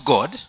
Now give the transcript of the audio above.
God